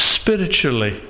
spiritually